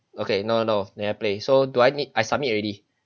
okay no no never play so do I need I submit already